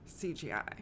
CGI